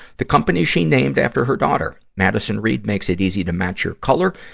the company she named after her daughter. madison reed makes it easy to match your color,